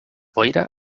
boira